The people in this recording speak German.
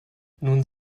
nun